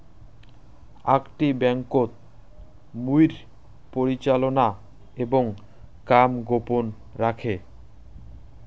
আকটি ব্যাংকোত মুইর পরিচালনা এবং কাম গোপন রাখে